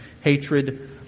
hatred